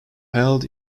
held